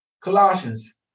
Colossians